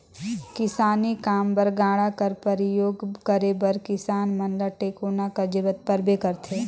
किसानी काम बर गाड़ा कर परियोग करे बर किसान मन ल टेकोना कर जरूरत परबे करथे